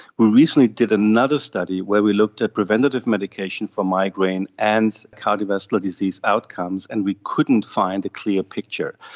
we recently did another study where we looked at preventative medication for migraine and cardiovascular disease outcomes and we couldn't find a clear picture.